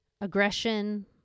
aggression